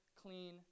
clean